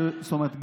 זאת אומרת,